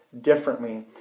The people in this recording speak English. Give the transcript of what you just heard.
differently